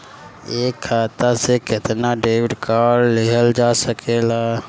एक खाता से केतना डेबिट कार्ड लेहल जा सकेला?